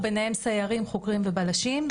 -- ביניהם סיירים, חוקרים ובלשים.